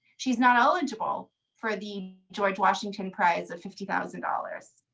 she is not eligible for the george washington prize of fifty thousand dollars.